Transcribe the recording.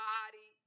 Body